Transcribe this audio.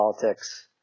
politics